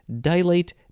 dilate